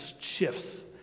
shifts